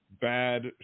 bad